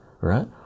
right